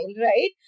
right